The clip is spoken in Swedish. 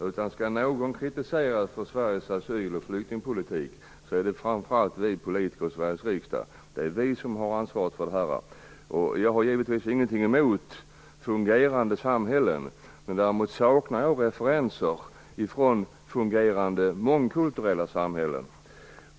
Om någon skall kritiseras för Sveriges asyloch flyktingpolitik är det framför allt vi politiker i Sveriges riksdag. Det är vi som har ansvaret för detta. Jag har givetvis ingenting emot fungerande samhällen, men jag saknar däremot referenser från fungerande mångkulturella samhällen.